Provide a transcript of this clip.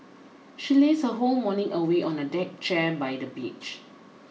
she lazed her whole morning away on a deck chair by the beach